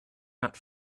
not